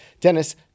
Dennis